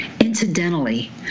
Incidentally